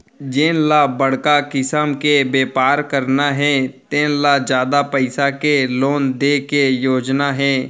जेन ल बड़का किसम के बेपार करना हे तेन ल जादा पइसा के लोन दे के योजना हे